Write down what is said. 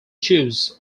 choose